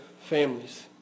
families